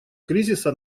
кризиса